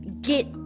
get